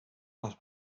les